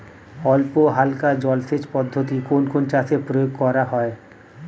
অল্পহালকা জলসেচ পদ্ধতি কোন কোন চাষে প্রয়োগ করা হয়?